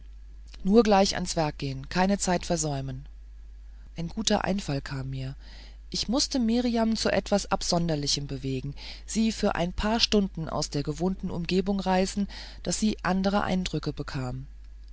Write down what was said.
nur gleich ans werk gehen keine zeit versäumen ein guter einfall kam mir ich mußte mirjam zu etwas ganz absonderlichem bewegen sie für ein paar stunden aus der gewohnten umgebung reißen daß sie andere eindrücke bekam